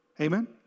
Amen